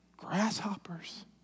grasshoppers